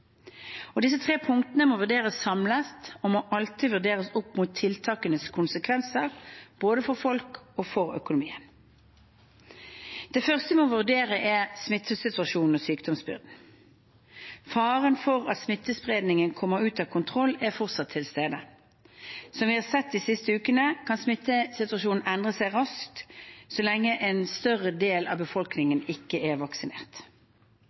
punktene må vurderes samlet og må alltid vurderes opp mot tiltakenes konsekvenser, både for folk og for økonomien. Det første vi må vurdere, er smittesituasjonen og sykdomsbyrden. Faren for at smittespredningen kommer ut av kontroll, er fortsatt til stede. Som vi har sett de siste ukene, kan smittesituasjonen endre seg raskt så lenge en større del av befolkningen ikke er vaksinert.